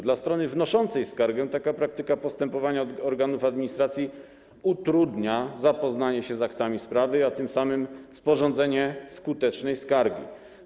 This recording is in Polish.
Dla strony wnoszącej skargę taka praktyka postępowania organów administracji utrudnia zapoznanie się z aktami sprawy, a tym samym sporządzenie skutecznej skargi.